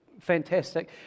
fantastic